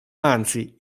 anzi